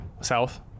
south